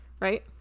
right